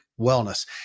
wellness